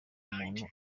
umuntu